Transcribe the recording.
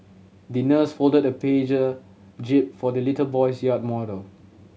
the nurse folded a jib for the little boy's yacht model